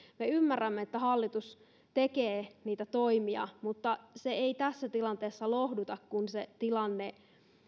me ymmärrämme että hallitus tekee niitä toimia mutta se ei tässä tilanteessa lohduta kun se tilanne